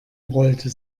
rollte